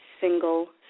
single